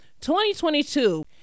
2022